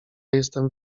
jestem